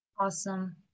Awesome